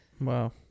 Wow